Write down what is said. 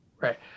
Right